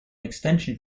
extension